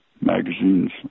magazines